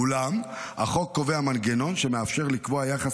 אולם החוק קובע מנגנון שמאפשר לקבוע יחס